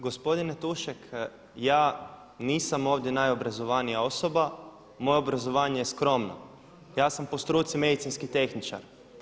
Gospodine Tušek ja nisam ovdje najobrazovanija osoba, moje obrazovanje je skromno, ja sam po struci medicinski tehničar.